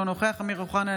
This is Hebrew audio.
אינו נוכח אמיר אוחנה,